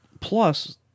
Plus